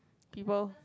people